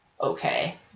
okay